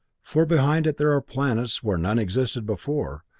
for behind it there are planets where none existed before.